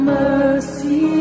mercy